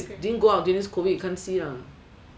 maybe you didn't go out during this COVID you can't see ah